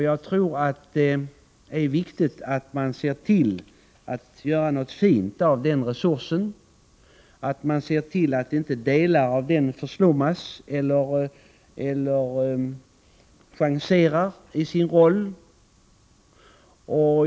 Jag tror det är viktigt att se till att göra något fint av den resursen, att se till att inte vissa delar av den förslummas eller changerar i sin roll.